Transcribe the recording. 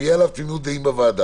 אם תהיה עליו תמימות דעים בוועדה,